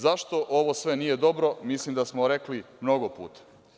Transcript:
Zašto ovo sve nije dobro, mislim da smo rekli mnogo puta.